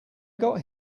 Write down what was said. got